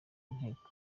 inteko